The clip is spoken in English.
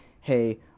hey